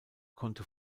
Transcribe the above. konnte